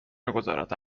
میگذارد